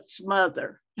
mother